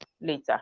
later